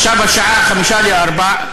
עכשיו השעה היא 03:55,